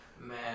Man